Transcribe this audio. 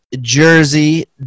Jersey